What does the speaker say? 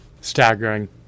staggering